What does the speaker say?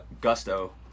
Gusto